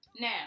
Now